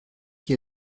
qui